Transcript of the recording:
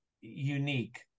unique